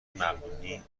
مقدونی